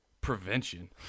prevention